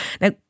Now